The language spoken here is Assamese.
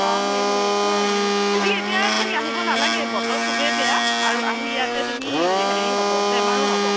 অঁ সেই সেই সেইয়াই আৰু গতিকে তুমি এতিয়া আহিব নালাগে বতৰ খুবেই বেয়া আৰু আহি ইয়াতে তুমি হেৰি হ'ব বেমাৰো হ'ব